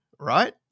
Right